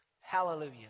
Hallelujah